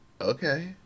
okay